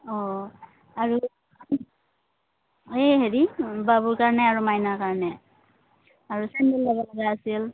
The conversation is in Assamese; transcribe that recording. অঁ আৰু এই হেৰি বাবুৰ কাৰণে আৰু মাইনাৰ কাৰণে আৰু চেণ্ডেল ল'ব লগা আছিল